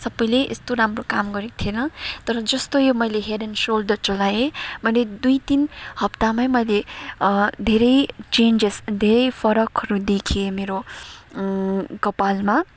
सबैले यस्तो राम्रो काम गरेको थिएन तर जस्तो यो मैले हेड एन्ड सोल्डर चलाएँ मैले दुई तिन हप्तामै मैले धेरै चेन्जेस धेरै फरकहरू देखेँ मेरो कपालमा